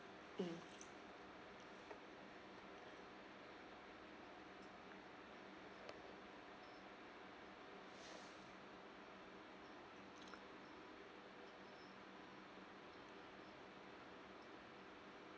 mm